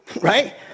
right